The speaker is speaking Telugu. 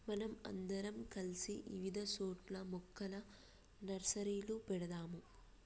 మనం అందరం కలిసి ఇవిధ సోట్ల మొక్కల నర్సరీలు పెడదాము